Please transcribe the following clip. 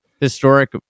historic